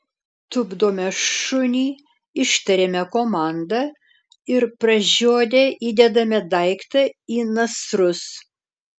tupdome šunį ištariame komandą ir pražiodę įdedame daiktą į nasrus